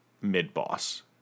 mid-boss